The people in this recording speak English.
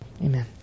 Amen